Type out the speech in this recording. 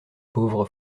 pauvre